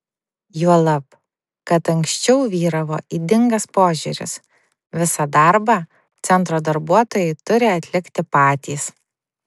juolab kad anksčiau vyravo ydingas požiūris visą darbą centro darbuotojai turi atlikti patys